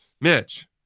Mitch